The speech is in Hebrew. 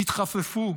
תתחפפו.